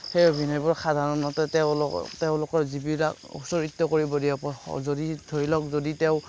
সেই অভিনয়বোৰ সাধাৰণতে তেওঁলোকক তেওঁলোকক যিবিলাক চৰিত্ৰ কৰিব দিয়ে যদি ধৰি লওক যদি তেওঁ